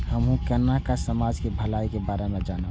हमू केना समाज के भलाई के बारे में जानब?